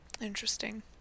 Interesting